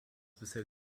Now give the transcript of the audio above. bisher